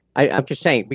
i'm just saying, but